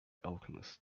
alchemist